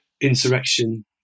insurrection